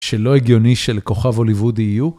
שלא הגיוני לכוכב הוליוודי יהיו?